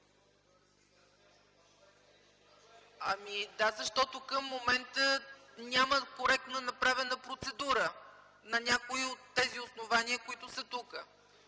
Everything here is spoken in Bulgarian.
Ами, да, защото към момента няма коректно направена процедура на някое от тези основания, които са тук.